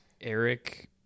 Eric